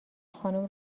خانم